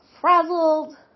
frazzled